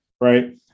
right